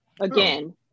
again